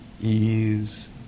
ease